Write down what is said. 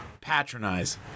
Patronize